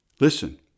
Listen